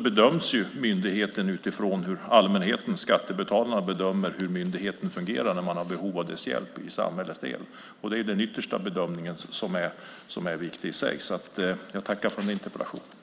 bedöms ju myndigheten utifrån hur allmänheten, skattebetalarna, ser att den fungerar när man har behov av dess hjälp. Det är denna yttersta bedömning som är viktig. Jag tackar för den här interpellationsdebatten.